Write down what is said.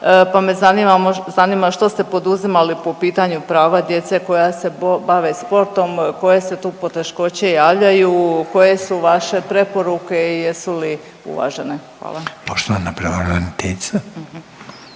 pa me zanima što ste poduzimali po pitanju prava djece koja se bave sportom? Koje se tu poteškoće javljaju? Koje su vaše preporuke i jesu li uvažene? Hvala. **Reiner, Željko